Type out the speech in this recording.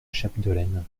chapdelaine